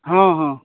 ହଁ ହଁ